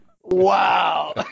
Wow